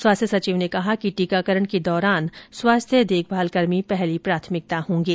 स्वास्थ्य सचिव ने कहा कि टीकाकरण के दौरान स्वास्थ्य देखभाल कर्मी पहली प्राथमिकता होंगे